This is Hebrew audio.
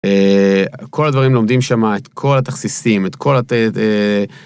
כל הדברים לומדים שמה את כל התכסיסים את כל ה...